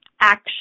Action